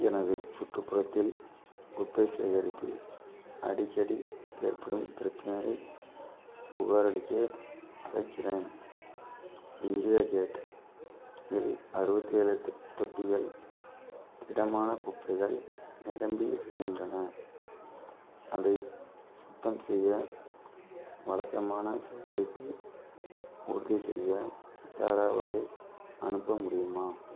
எனது சுற்றுப்புறத்தில் குப்பை சேகரிப்பில் அடிக்கடி ஏற்படும் பிரச்சனையைப் புகாரளிக்க அழைக்கிறேன் இந்தியா கேட் இல் அறுபத்தி ஏழு தி தொட்டிகள் திடமான குப்பைகள் நிரம்பி வழிகின்றன அதை சுத்தம் செய்ய வழக்கமான சேகரிப்பை உறுதிசெய்ய யாராவது அனுப்ப முடியுமா